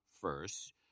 first